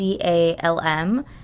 calm